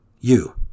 You